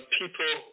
people